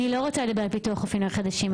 אני לא רוצה לדבר על פיתוח חופים חדשים,